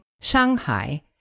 Shanghai